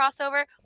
crossover